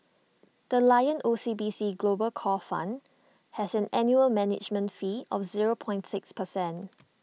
the lion O C B C global core fund has an annual management fee of zero point six percent